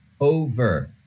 over